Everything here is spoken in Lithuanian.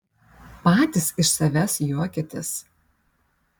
patys iš savęs juokiatės